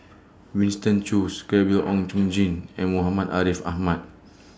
Winston Choos Gabriel Oon Chong Jin and Muhammad Ariff Ahmad